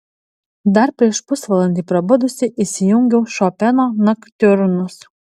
dar prieš pusvalandį prabudusi įsijungiau šopeno noktiurnus